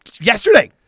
yesterday